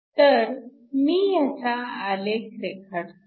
तर मी ह्याचा आलेख रेखाटतो